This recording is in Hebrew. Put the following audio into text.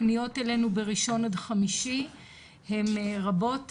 הפניות אלינו בראשון עד חמישי הם רבות יותר,